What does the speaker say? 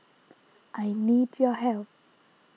I need your help